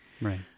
Right